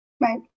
Right